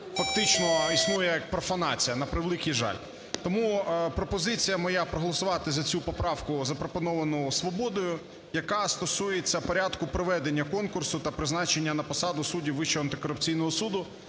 фактично існує як профанація, на превеликий жаль. Тому пропозиція моя проголосувати за цю поправку запропоновану "Свободою", яка стосується порядку проведення конкурсу та призначення на посаду суддів Вищого антикорупційного суду,